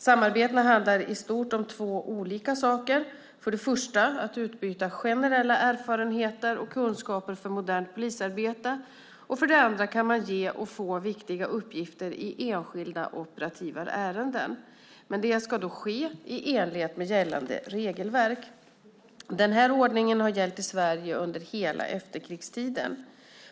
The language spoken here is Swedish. Samarbetena handlar i stort om två olika saker: för det första att utbyta generella erfarenheter och kunskaper för modernt polisarbete; för det andra kan man ge och få viktiga uppgifter i enskilda operativa ärenden. Men det ska då ske i enlighet med gällande regelverk. Denna ordning har gällt i Sverige under hela efterkrigstiden.